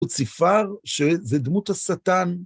הוא ציפר שזה דמות השטן.